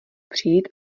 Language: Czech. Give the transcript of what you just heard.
přijít